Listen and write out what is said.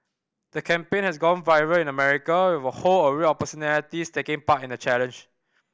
the campaign has gone viral in America with a whole array of personalities taking part in the challenge